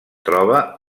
troba